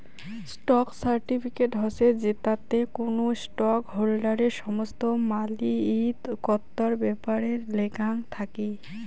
stock certificate হসে জেতাতে কোনো স্টক হোল্ডারের সমস্ত মালিকত্বর ব্যাপারে লেখাং থাকি